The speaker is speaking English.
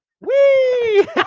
Wee